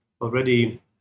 already